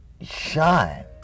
shine